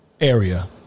area